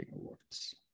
awards